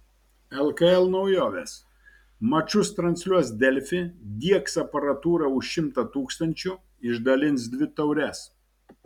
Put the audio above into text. lkl naujovės mačus transliuos delfi diegs aparatūrą už šimtą tūkstančių išdalins dvi taures